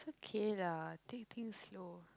is okay lah take things slow